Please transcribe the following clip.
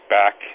back